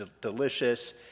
delicious